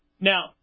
Now